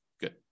Good